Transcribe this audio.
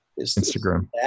Instagram